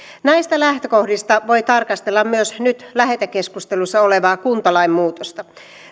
näistä lähtökohdista voi tarkastella myös nyt lähetekeskustelussa olevaa kuntalain muutosta